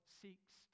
seeks